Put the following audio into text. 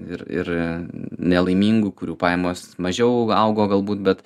ir ir nelaimingų kurių pajamos mažiau augo galbūt bet